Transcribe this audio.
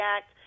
Act